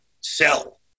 sell